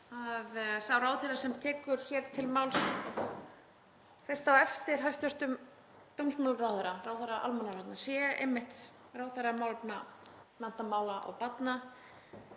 að sá ráðherra sem tekur hér til máls fyrst á eftir hæstv. dómsmálaráðherra, ráðherra almannavarna, sé einmitt ráðherra málefna menntamála og barna.